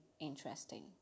interesting